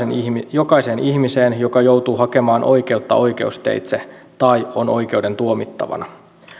jokaiseen ihmiseen joka joutuu hakemaan oikeutta oikeusteitse tai on oikeuden tuomittavana